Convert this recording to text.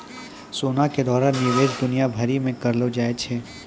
सोना के द्वारा निवेश दुनिया भरि मे करलो जाय छै